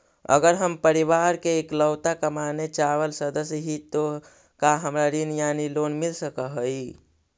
अगर हम परिवार के इकलौता कमाने चावल सदस्य ही तो का हमरा ऋण यानी लोन मिल सक हई?